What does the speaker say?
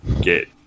get